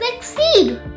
succeed